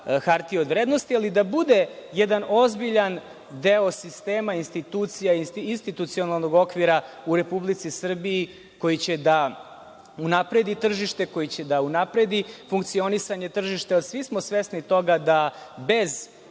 hartije od vrednosti, ali da bude jedan ozbiljan deo sistema institucijalnog okvira u Republici Srbiji, koji će da unapredi tržište, koji će da unapredi funkcionisanje tržišta. Svi smo svesni toga da bez